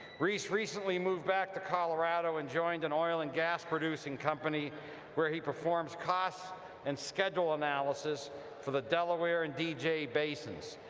reese recently moved back to colorado and joined an oil and gas producing company where he performs cost and schedule analysis for the delaware and dj basins.